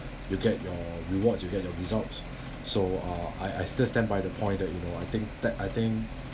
you get your rewards you get your results so uh I I still stand by the point that you know I think that I think